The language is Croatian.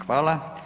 Hvala.